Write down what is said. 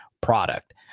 product